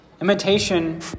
Imitation